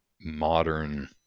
modern